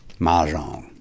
Mahjong